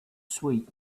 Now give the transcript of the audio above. sweet